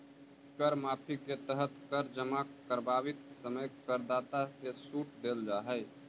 कर माफी के तहत कर जमा करवावित समय करदाता के सूट देल जाऽ हई